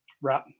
Right